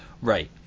right